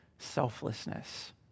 selflessness